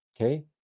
okay